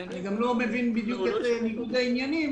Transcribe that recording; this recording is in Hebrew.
אני גם לא מבין בדיוק את ניגוד העניינים.